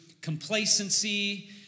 complacency